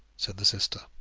said the sister.